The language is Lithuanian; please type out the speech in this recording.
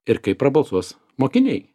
ir kaip prabalsuos mokiniai